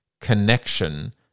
connection